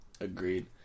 Agreed